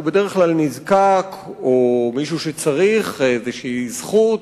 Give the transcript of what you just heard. שהוא בדרך כלל נזקק או מישהו שצריך איזו זכות,